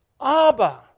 Abba